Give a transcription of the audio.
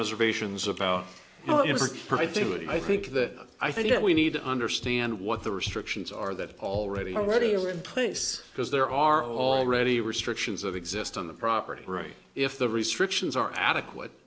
reservations about her to do it and i think that i think that we need to understand what the restrictions are that already already replace because there are already restrictions of exist on the property right if the restrictions are adequate